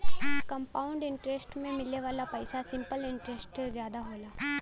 compound interest में मिले वाला पइसा सिंपल इंटरेस्ट से जादा होला